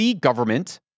government